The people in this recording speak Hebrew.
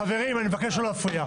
חברים, אני מבקש לא להפריע.